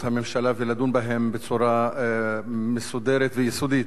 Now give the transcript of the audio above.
הממשלה ולדון בהן בצורה מסודרת ויסודית.